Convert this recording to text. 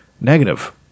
negative